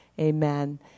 Amen